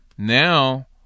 Now